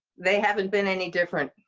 they haven't been any different.